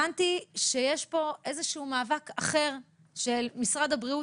הבנתי שיש פה איזשהו מאבק אחר של משרד הבריאות,